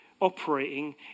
operating